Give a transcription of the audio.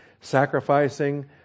sacrificing